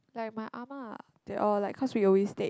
like my ah ma they all like because we always take